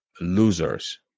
losers